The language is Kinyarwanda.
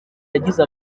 yagize